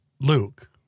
Luke